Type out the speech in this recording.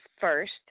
first